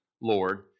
Lord